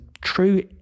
true